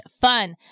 fun